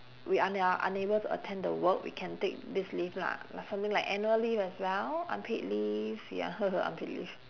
we ar~ are unable to attend the work we can take this leave lah like something like annual leave as well unpaid leave ya unpaid leave